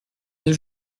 deux